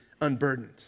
unburdened